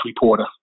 reporter